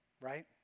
right